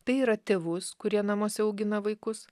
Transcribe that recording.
tai yra tėvus kurie namuose augina vaikus